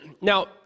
Now